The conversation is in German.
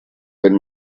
wenn